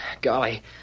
Golly